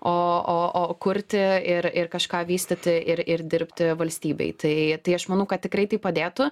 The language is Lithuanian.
o o o kurti ir ir kažką vystyti ir ir dirbti valstybei tai tai aš manau kad tikrai tai padėtų